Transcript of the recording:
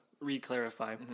re-clarify